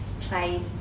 play